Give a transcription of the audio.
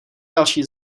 další